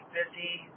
busy